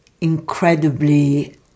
incredibly